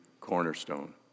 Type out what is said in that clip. cornerstone